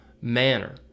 manner